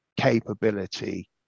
capability